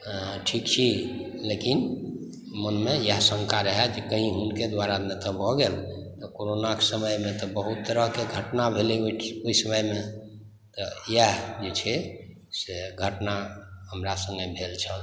ठीक छी लेकिन मोनमे इएह शंका रहय की कहीं हुनके द्वारा नहि तऽ भऽ गेल कोरोनाके समयमे तऽ बहुत तरहकें घटना भेलै ओहि समयमे इएह जे छै से घटना हमरा संगे भेल छल